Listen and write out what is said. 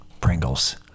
Pringles